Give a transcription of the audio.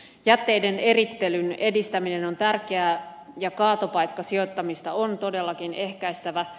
jätteiden erittelyn edistäminen on tärkeää ja kaatopaikkasijoittamista on todellakin ehkäistävä